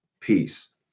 peace